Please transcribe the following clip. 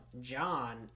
John